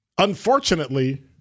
Unfortunately